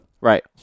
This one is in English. Right